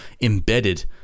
embedded